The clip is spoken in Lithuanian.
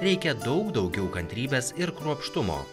reikia daug daugiau kantrybės ir kruopštumo